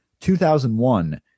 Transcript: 2001